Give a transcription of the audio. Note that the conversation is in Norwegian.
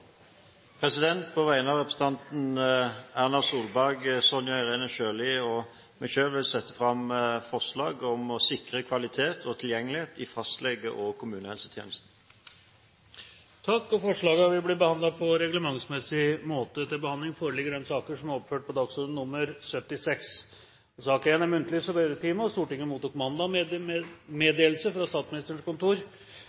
På vegne av representantene Erna Solberg, Sonja Irene Sjøli og meg selv vil jeg sette fram et forslag om å sikre kvalitet og tilgjengelighet i fastlege- og kommunehelsetjenesten. Forslagene vil bli behandlet på reglementsmessig måte. Stortinget mottok mandag meddelelse fra Statsministerens kontor om at statsrådene Trond Giske, Lars Peder Brekk og Rigmor Aasrud vil møte til muntlig spørretime. De annonserte statsrådene er til stede, og